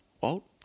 Walt